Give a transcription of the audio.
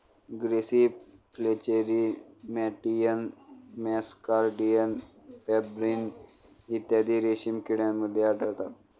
grasserie flacherie मॅटियन muscardine pebrine इत्यादी रेशीम किड्यांमध्ये आढळतात